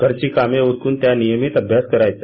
घरची कामे उरकून त्या नियमित अभ्यास करायच्या